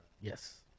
Yes